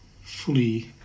fully